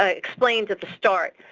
ah explained that the start,